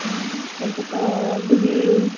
ହୁଁ ସେଇଟା ତ ବିରି